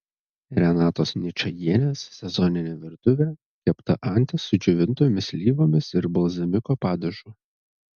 renatos ničajienės sezoninė virtuvė kepta antis su džiovintomis slyvomis ir balzamiko padažu